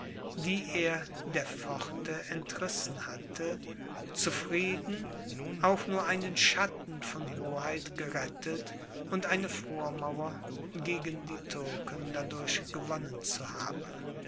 die er der pforte entrissen hatte zufrieden auch nur einen schatten von hoheit gerettet und eine vormauer gegen die türken dadurch gewonnen zu haben